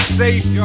safe